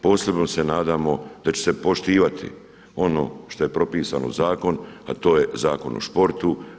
Posebno se nadamo da će se poštivati ono što je propisano u zakon a to je Zakon o sportu.